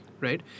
right